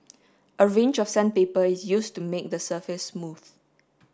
a range of sandpaper is used to make the surface smooth